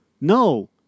No